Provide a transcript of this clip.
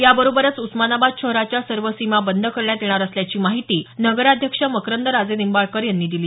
याबरोबरच उस्मानाबाद शहराच्या सर्व सीमा बंद करण्यात येणार असल्याची माहिती नगराध्यक्ष मकरंद राजेनिंबाळकर यांनी दिली